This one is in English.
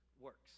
works